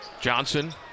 Johnson